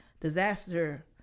disaster